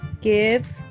Give